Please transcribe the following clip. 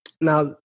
Now